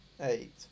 Eight